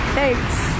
Thanks